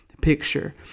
picture